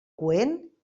coent